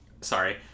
sorry